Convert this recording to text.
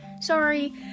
Sorry